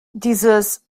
dieses